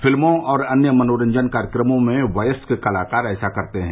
फिल्मों और अन्य मनोरंजन कार्यक्रमों में वयस्क कलाकार ऐसा करते हैं